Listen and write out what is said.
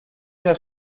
una